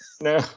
No